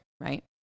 right